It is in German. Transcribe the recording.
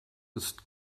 ist